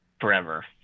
forever